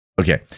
Okay